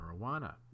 marijuana